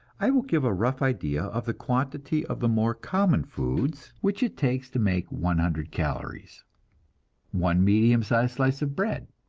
i will give a rough idea of the quantity of the more common foods which it takes to make one hundred calories one medium sized slice of bread,